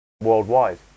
worldwide